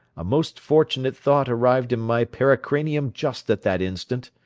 a most fortunate thought arrived in my pericranium just at that instant.